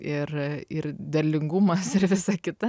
ir ir derlingumas ir visa kita